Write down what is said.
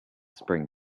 spring